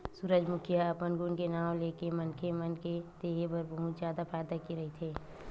सूरजमूखी ह अपन गुन के नांव लेके मनखे मन के देहे बर बहुत जादा फायदा के रहिथे